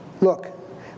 Look